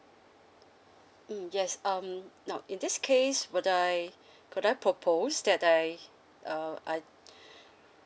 mm yes um now in this case could I could I propose that I uh I